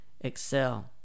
excel